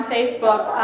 Facebook